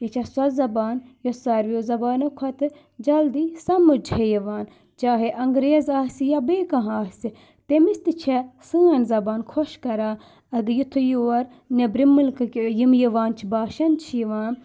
یہِ چھَ سۄ زبان یۄس ساروِیو زبانو کھۄتہٕ جلدی سَمٕجھ چھےٚ یِوان چاہے انٛگریز آسہِ یا بیٚیہِ کانٛہہ آسہِ تٔمِس تہِ چھےٚ سٲنۍ زبان خۄش کَران اگر یُتھُے یور نؠبرِم مُلکٕکۍ یِم یِوان چھِ باشَند چھِ یِوان